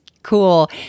cool